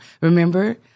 Remember